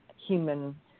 human